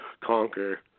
conquer